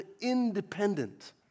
independent